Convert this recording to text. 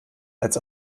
als